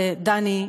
אדוני,